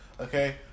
Okay